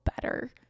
better